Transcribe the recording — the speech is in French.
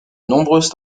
nombreuses